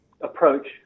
approach